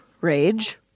Rage